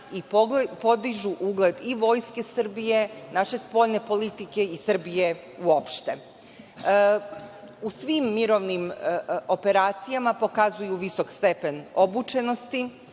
i podižu ugled i Vojske Srbije, naše spoljne politike i Srbije uopšte.U svim mirovnim operacijama pokazuju visok stepen obučenosti,